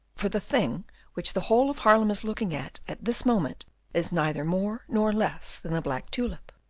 for the thing which the whole of haarlem is looking at at this moment is neither more nor less than the black tulip.